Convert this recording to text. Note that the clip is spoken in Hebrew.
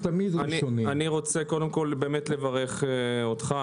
רוצה קודם כול לברך אותך,